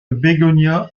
bégonia